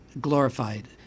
glorified